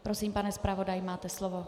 Prosím, pane zpravodaji, máte slovo.